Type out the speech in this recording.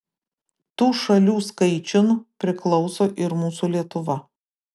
tų šalių skaičiun priklauso ir mūsų lietuva